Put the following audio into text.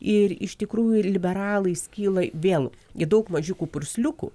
ir iš tikrųjų liberalai skyla vėl į daug mažiukų pursliukų